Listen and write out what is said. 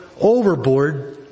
overboard